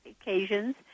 occasions